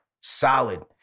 solid